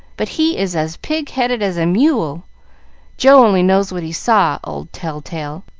but he is as pig-headed as a mule joe only knows what he saw, old tell-tale!